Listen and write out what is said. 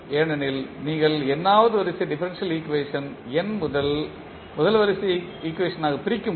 ஏனெனில் நீங்கள் n வது வரிசை டிஃபரன்ஷியல் ஈக்குவேஷன் n முதல் வரிசை ஈக்குவேஷன்களாக பிரிக்கும்போது